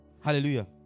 Hallelujah